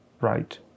right